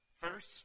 First